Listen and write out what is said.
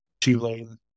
two-lane